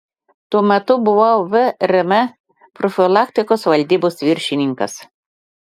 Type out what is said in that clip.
tuo metu buvau vrm profilaktikos valdybos viršininkas